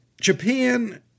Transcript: Japan